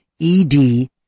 ED